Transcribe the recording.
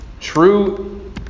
True